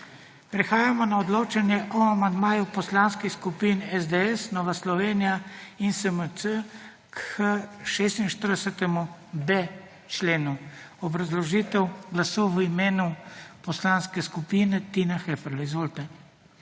Prehajamo na odločanje o amandmaju poslanskih skupin SDS, Nova Slovenija in SMC k 46.d členu. Obrazložitev glasu v imenu poslanske skupine Tina Heferle. Izvolite.